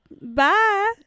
Bye